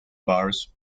bars